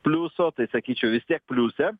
pliuso tai sakyčiau vistiek pliuse